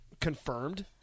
confirmed